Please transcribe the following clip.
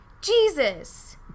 Jesus